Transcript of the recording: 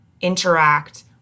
interact